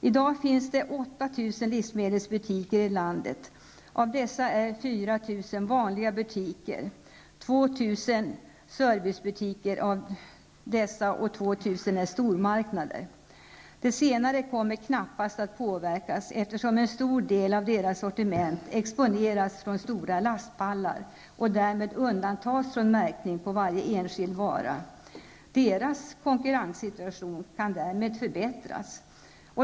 I dag finns det ca 8 000 livsmedelsbutiker i landet. Av dessa är 4 000 vanliga butiker, 2 000 servicebutiker och 2 000 stormarknader. De senare kommer knappast att påverkas, eftersom en stor del av deras sortiment exponeras från stora lastpallar och därmed undantas från märkning på varje enskild vara. Deras konkurrenssituation kan därmed förbättras.